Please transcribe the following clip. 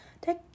take